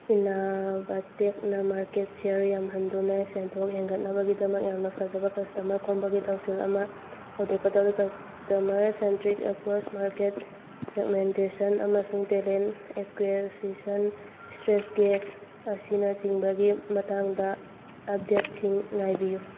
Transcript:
ꯏꯅꯥꯕꯇꯦꯛꯅ market share ꯌꯥꯝꯍꯟꯗꯨꯅ ꯁꯦꯟꯊꯣꯛ ꯍꯦꯟꯒꯠꯅꯕꯒꯤꯗꯃꯛ ꯌꯥꯝꯅ ꯐꯖꯕ ꯀꯁꯇꯃꯔ ꯈꯣꯝꯕꯒꯤ ꯊꯧꯁꯤꯜ ꯑꯃ ꯍꯧꯗꯣꯛꯀꯗꯧꯔꯤ customer centric across market segmentation ꯑꯃꯁꯨꯡ ꯇꯦꯂꯦꯟ ꯑꯦꯀ꯭ꯌꯨꯁꯤꯁꯟ ꯏꯁꯇꯔꯦꯁꯒꯦ ꯑꯁꯤꯅ ꯆꯤꯡꯕꯒꯤ ꯃꯇꯥꯡꯗ ꯑꯞꯗꯦꯗꯁꯤꯡ ꯉꯥꯏꯕꯤꯎ